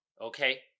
Okay